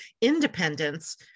independence